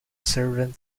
servant